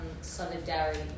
solidarity